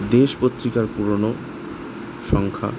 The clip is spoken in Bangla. দেশ পত্রিকার পুরনো সংখ্যা